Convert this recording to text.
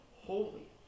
holy